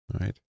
Right